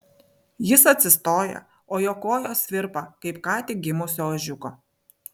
jis atsistoja o jo kojos virpa kaip ką tik gimusio ožiuko